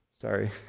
Sorry